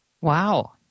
Wow